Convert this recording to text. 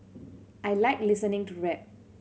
I like listening to rap